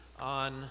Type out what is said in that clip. on